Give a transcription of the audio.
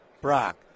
Brock